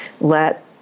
let